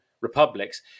republics